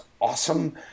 awesome